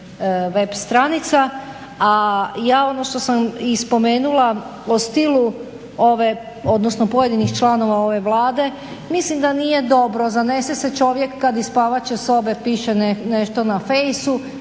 web stranica. A ja ono što sam spomenula o stilu pojedinih članova ove Vlade mislim da nije dobro, zanese se čovjek kada iz spavaće sobe piše nešto na faceu